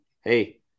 Hey